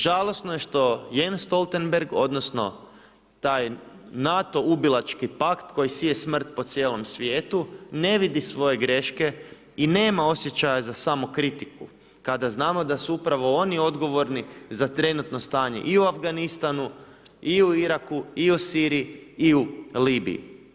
Žalosno je što Jens Stoltenberg odnosno taj NATO ubilački pakt koji sije smrt po cijelom svijetu ne vidi svoje greške i nema osjećaja za samokritiku kada znamo da su upravo oni odgovorni za trenutno stanje i u Afganistanu, i u Iraku i u Siriji i u Libiji.